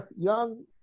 young